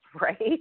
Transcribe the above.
right